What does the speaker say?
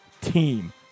team